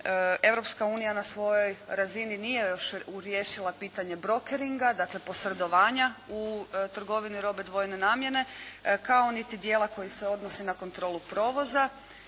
Europska unija na svojoj razini nije još riješila pitanje brokeringa, dakle posredovanja u trgovini robe dvojne namjene kao niti dijela koji se odnosi na kontrolu provoza.